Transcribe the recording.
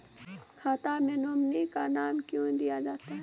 खाता मे नोमिनी का नाम क्यो दिया जाता हैं?